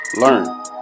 learn